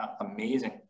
amazing